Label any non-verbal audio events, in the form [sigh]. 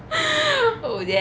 [laughs] oh damn